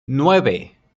nueve